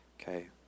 Okay